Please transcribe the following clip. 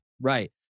Right